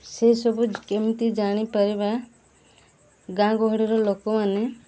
ସେସବୁ କେମିତି ଜାଣିପାରିବା ଗାଁ ଗହଳିର ଲୋକମାନେ